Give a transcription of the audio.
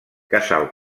casal